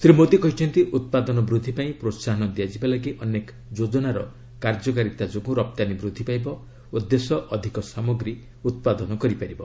ଶ୍ରୀ ମୋଦି କହିଥିଲେ ଉତ୍ପାଦନ ବୃଦ୍ଧି ପାଇଁ ପ୍ରୋସାହନ ଦିଆଯିବା ଲାଗି ଅନେକ ଯୋଜନାର କାର୍ଯ୍ୟକାରୀତା ଯୋଗୁଁ ରପ୍ତାନୀ ବୃଦ୍ଧି ପାଇବ ଓ ଦେଶ ଅଧିକ ସାମଗ୍ରୀ ଉତ୍ପାଦନ କରିପାରିବ